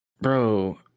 bro